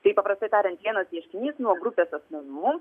tai paprastai tariant vienas ieškinys nuo grupės asmenų